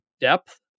depth